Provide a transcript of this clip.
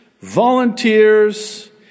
volunteers